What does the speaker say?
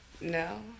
No